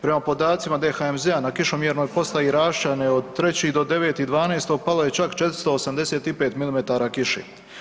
Prema podacima DHMZ-a na kišomjernoj postaji Rašćane od 3. do 9.12. palo je čak 485 milimetara kiše.